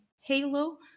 Halo